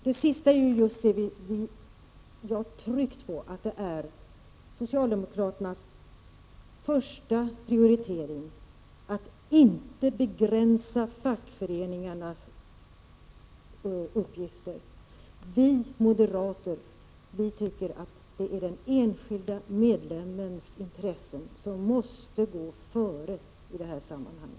Herr talman! Det sista som Leif Marklund nämnde är just det som vi moderater har lagt extra tyngd vid, nämligen socialdemokraternas angelägnaste prioritering att inte begränsa fackföreningarnas uppgifter. Vi moderater anser att det är den enskilde medlemmens intressen som i detta sammanhang måste gå före.